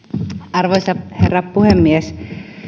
arvoisa herra puhemies